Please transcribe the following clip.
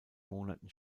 monaten